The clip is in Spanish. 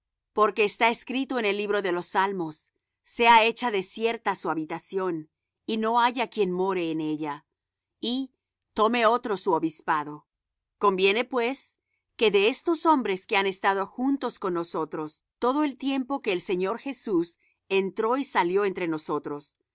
porque está escrito en el libro de los salmos sea hecha desierta su habitación y no haya quien more en ella y tome otro su obispado conviene pues que de estos hombres que han estado juntos con nosotros todo el tiempo que el señor jesús entró y salió entre nosotros